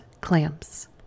clamps